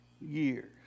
years